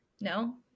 no